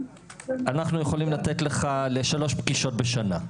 אנחנו יכולים לתת לך לשלוש פגישות בשנה,